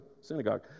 synagogue